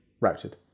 routed